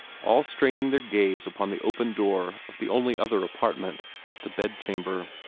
all straining their gaze upon the open door of the only other apartment the bed-chamber.